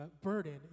burden